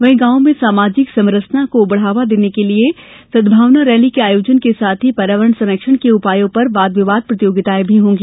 वहीं गांवों में सामाजिक समरसता को बढ़ावा देने को लिये सदभावना रैली के आयोजन के साथ ही पर्यावरण संरक्षण के उपायों पर वाद विवाद प्रतियोगिताएं भी होंगी